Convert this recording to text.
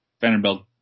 Vanderbilt